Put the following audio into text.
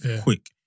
quick